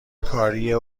کاریه